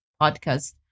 podcast